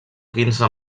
quinze